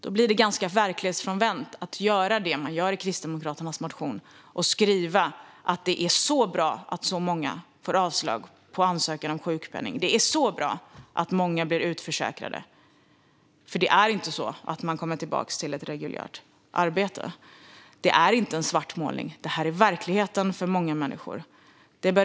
Då blir det ganska verklighetsfrånvänt att skriva som Kristdemokraterna gör i sin motion att det är så bra att så många får avslag på sin ansökan om sjukpenning och att det är så bra att många blir utförsäkrade, för det är inte så att man kommer tillbaka till ett reguljärt arbete. Det är ingen svartmålning, utan det är verkligheten för många människor.